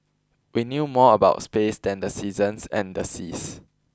we knew more about space than the seasons and the seas